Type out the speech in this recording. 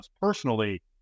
personally